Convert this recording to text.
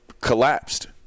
collapsed